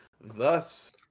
Thus